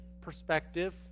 perspective